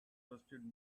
trusted